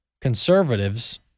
conservatives